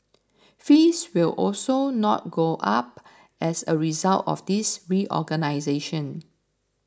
fees will also not go up as a result of this reorganisation